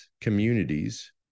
communities